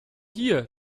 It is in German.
hier